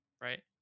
right